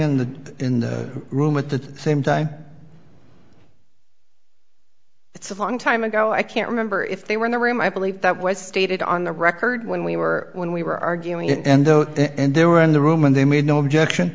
in the in the room at the same time it's a long time ago i can't remember if they were in the room i believe that was stated on the record when we were when we were arguing and though they were in the room and they made no objection